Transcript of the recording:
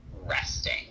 resting